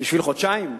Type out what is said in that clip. בשביל חודשיים?